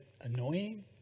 annoying